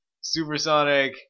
Supersonic